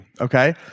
okay